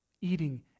eating